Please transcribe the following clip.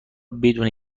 بدون